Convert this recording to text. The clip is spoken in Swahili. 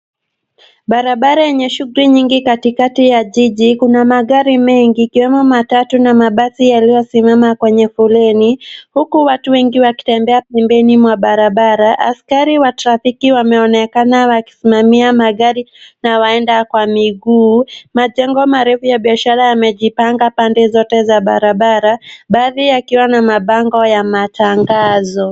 Barabara yenye shughuli nyingi katikati ya jiji, kuna magari mengi, ikiwemo matatu na mabasi yaliyosimama kwenye foleni, huku watu wengi wakitembea pembeni mwa barabara. Askari wa trafiki wameonekana wakisimamia magari na waenda kwa miguu, majengo marefu ya biashara yamejipanga pande zote za barabara, baadhi yakiwa na mabango ya matangazo.